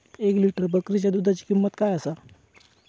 एक लिटर बकरीच्या दुधाची किंमत काय आसा?